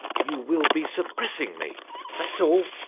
you will be suppressing me that's all.